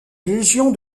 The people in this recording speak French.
légion